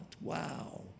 Wow